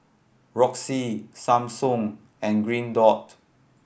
Roxy Samsung and Green Dot